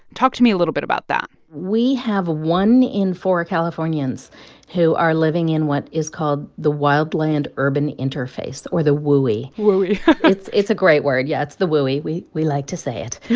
talk to me a little bit about that we have one in four californians who are living in what is called the wildland urban interface, or the wui wui it's it's a great word, yeah. it's the wui we we like to say it.